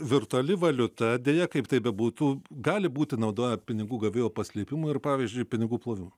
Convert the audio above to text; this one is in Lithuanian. virtuali valiuta deja kaip tai bebūtų gali būti naudojama pinigų gavėjo paslėpimui ir pavyzdžiui pinigų plovimu